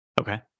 okay